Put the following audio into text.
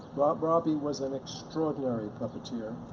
robbie was an extraordinary puppeteer.